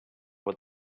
what